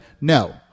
no